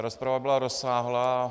Rozprava byla rozsáhlá.